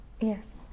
Yes